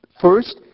first